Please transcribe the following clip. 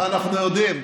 מה אנחנו יודעים.